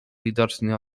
widocznie